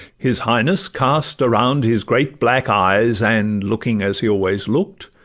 his highness cast around his great black eyes, and looking, as he always look'd,